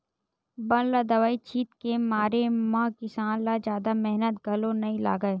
बन ल दवई छित के मारे म किसान ल जादा मेहनत घलो नइ लागय